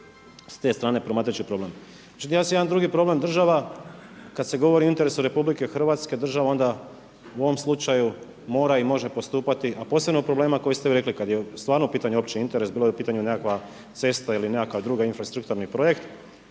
sa te strane promatrajući problem. Međutim imao sam jedan drugi problem. Država kad se govori o interesu RH, država onda u ovom slučaju mora i može postupati a posebno o problemima koji ste vi rekli kad je stvarno u pitanju opći interes. Bilo je u pitanju nekakva cesta ili nekakvi drugi infrastrukturni projekt.